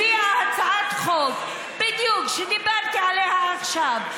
הביאה הצעת חוק בדיוק כמו שדיברתי עליה עכשיו,